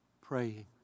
praying